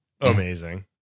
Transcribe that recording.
amazing